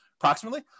Approximately